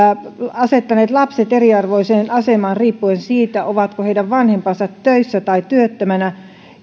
asettaneet lapset eriarvoiseen asemaan riippuen siitä ovatko heidän vanhempansa töissä vai työttömänä